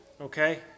okay